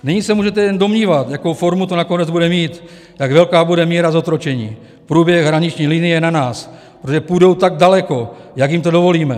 Nyní se můžete jen domnívat, jakou formu to nakonec bude mít, jak velká bude míra zotročení, průběh hraniční linie na nás, protože půjdou tak daleko, jak jim to dovolíme.